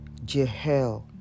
Jehel